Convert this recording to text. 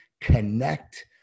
connect